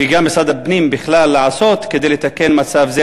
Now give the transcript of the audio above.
וגם משרד הפנים בכלל, לעשות כדי לתקן מצב זה?